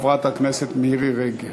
חברת הכנסת מירי רגב.